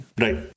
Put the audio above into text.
Right